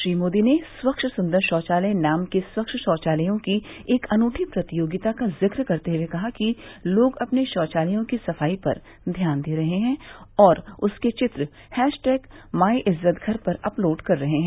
श्री मोदी ने स्वच्छ सुंदर शौचालय नाम के स्वच्छ शौचालयों की एक अनूठी प्रतियोगिता का जिक्र करते हुए कहा कि लोग अपने शौचालयों की सफाई पर ध्यान दे रहे हैं और उसके चित्र हैशटैग माईइज्ज्तघर पर अपलोड कर रहे हैं